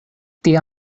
tia